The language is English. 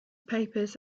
papers